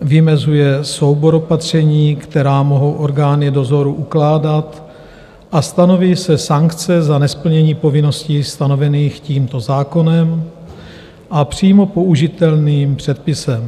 vymezuje soubor opatření, která mohou orgány dozoru ukládat, a stanoví se sankce za nesplnění povinností stanovených tímto zákonem a přímo použitelným předpisem.